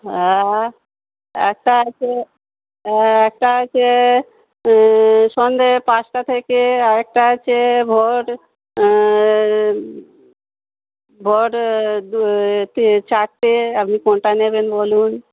হ্যাঁ একটা আছে হ্যাঁ একটা আছে সন্ধে পাঁচটা থেকে আর একটা আছে ভোর ভোর দু তি চারটে আপনি কোনটা নেবেন বলুন